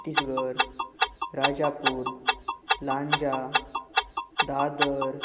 Chhattisgarh Rajapur Lanja Dadar